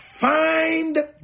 Find